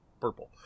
purple